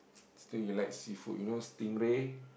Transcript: still elect seafood you know stingray